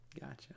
Gotcha